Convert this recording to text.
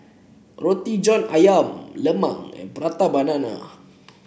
Roti John ayam Lemang and Prata Banana